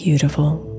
beautiful